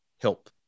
help